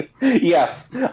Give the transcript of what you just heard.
Yes